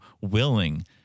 willing